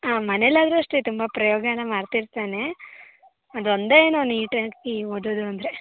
ಮನೆಯಲ್ಲಾದರೂ ಅಷ್ಟೆ ತುಂಬ ಪ್ರಯೋಗ ಎಲ್ಲ ಮಾಡ್ತಿರ್ತಾನೆ ಅದೊಂದೇ ಏನೋ ನೀಟಾಗಿ ಓದೋದು ಅಂದರೆ